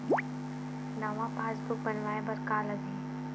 नवा पासबुक बनवाय बर का का लगही?